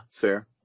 fair